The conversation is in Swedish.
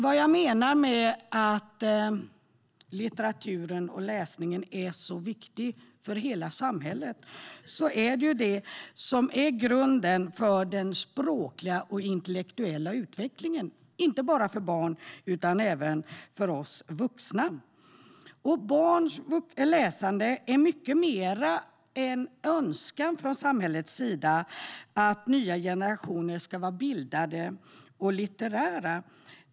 Vad jag menar med att litteraturen och läsandet är så viktigt för hela samhället är att det är grunden för den språkliga och intellektuella utvecklingen, inte bara för barn utan även för oss vuxna. Barns läsande är mycket mer än en önskan från samhällets sida att nya generationer ska vara bildade och litterära.